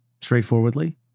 straightforwardly